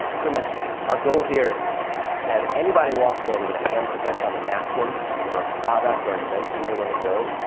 pretty much our goal here is to have anybody walk in with a hand sketch on a napkin for a product or invention they wanna build.